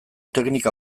teknika